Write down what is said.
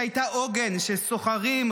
שהייתה עוגן של סוחרים,